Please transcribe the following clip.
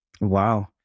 Wow